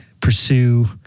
pursue